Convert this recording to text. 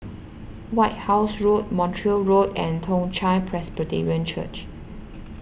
White House Road Montreal Road and Toong Chai Presbyterian Church